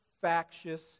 factious